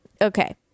Okay